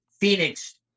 Phoenix